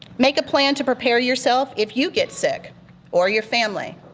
make a plan to prepare yourself if you get sick or your family.